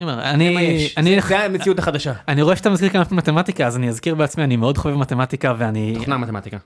אני אני אחרי המציאות החדשה אני רואה שאתה מזכיר כאן מתמטיקה אז אני אזכיר בעצמי אני מאוד חובה מתמטיקה ואני מתמטיקה.